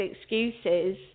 excuses